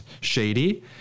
shady